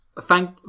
Thank